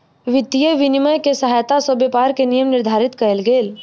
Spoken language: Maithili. वित्तीय विनियम के सहायता सॅ व्यापार के नियम निर्धारित कयल गेल